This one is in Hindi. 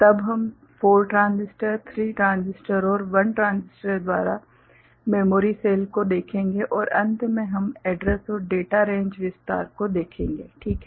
तब हम 4 ट्रांजिस्टर 3 ट्रांजिस्टर और 1 ट्रांजिस्टर द्वारा मेमोरी सेल को देखेंगे और अंत में हम एड्रैस और डेटा रेंज विस्तार को देखेंगे ठीक है